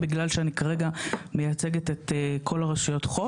בגלל שאני כרגע מייצגת את כל רשויות החוף.